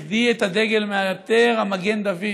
לא בכדי את הדגל מעטר מגן דוד.